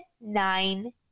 nine